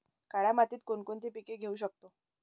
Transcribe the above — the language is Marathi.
काळ्या मातीत कोणकोणती पिके घेऊ शकतो?